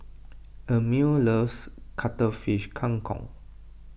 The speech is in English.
Emett loves Cuttlefish Kang Kong